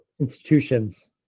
institutions